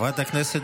הכנסת